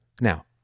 Now